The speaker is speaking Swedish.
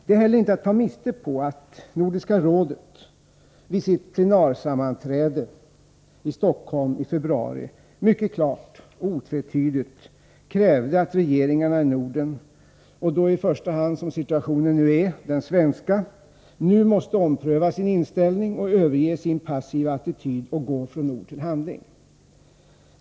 Det är heller inte att ta miste på att Nordiska rådet vid sitt plenarsammanträde i Stockholm i februari mycket klart och otvetydigt krävde att regeringarna i Norden, och då i första hand — som situationen nu är — den svenska, snarast omprövar sin inställning och överger sin passiva attityd och går från ord till handling.